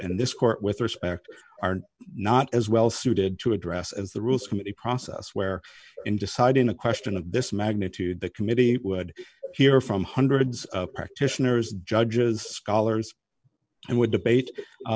and this court with respect are not as well suited to address as the rules committee process where in deciding a question of this magnitude the committee would hear from hundreds of practitioners judges scholars and would debate